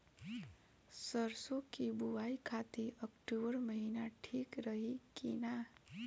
सरसों की बुवाई खाती अक्टूबर महीना ठीक रही की ना?